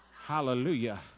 hallelujah